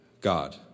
God